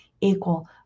equal